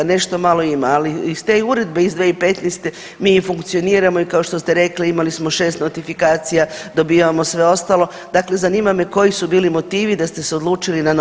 Nešto malo ima, ali iz te uredbe iz 2015. mi funkcioniramo i kao što ste rekli imali smo 6 notifikacija, dobivamo sve ostalo, dakle zanima me koji su bili motivi da ste se odlučili na novi zakon.